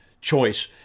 choice